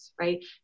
right